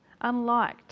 unliked